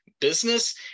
business